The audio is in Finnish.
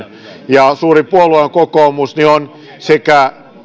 ja suurin puolue on kokoomus on sekä